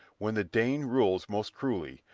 when the dane rules most cruelly,